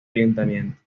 ayuntamiento